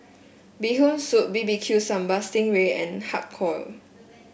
Bee Hoon Soup B B Q Sambal Sting Ray and Har Kow